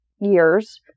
years